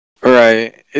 right